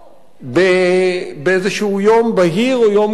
באיזה יום בהיר או יום כהה.